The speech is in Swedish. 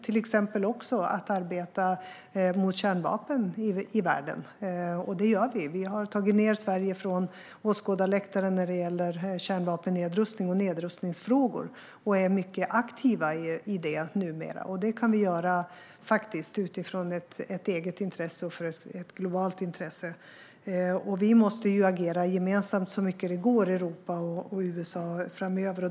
Då kan vi också till exempel arbeta mot kärnvapen i världen, vilket vi gör. Vi har tagit ned Sverige från åskådarläktaren vad gäller kärnvapennedrustning och nedrustningsfrågor, och vi är numera mycket aktiva i detta. Vi kan göra det här utifrån ett eget och ett globalt intresse. Vi måste agera gemensamt i Europa och med USA så mycket det går framöver.